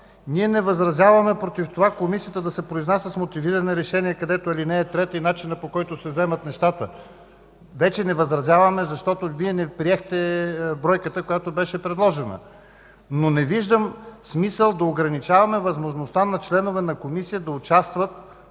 Ние не възразяваме против това Комисията да се произнася с мотивирани решения, както е в ал. 3, и начина, по който се вземат нещата. Вече не възразяваме, защото Вие не приехте бройката, която беше предложена. Но не виждам смисъл да ограничаваме възможността на членове на Комисията да участват